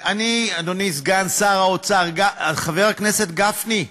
אדוני סגן שר האוצר, חבר הכנסת גפני,